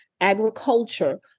agriculture